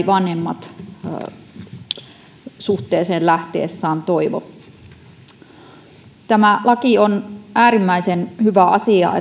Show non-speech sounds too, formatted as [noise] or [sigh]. [unintelligible] vanhemmat suhteeseen lähtiessään toivo tämä laki on äärimmäisen hyvä asia [unintelligible]